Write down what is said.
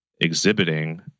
exhibiting